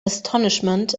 astonishment